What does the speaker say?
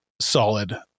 solid